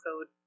code